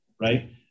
right